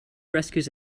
rescues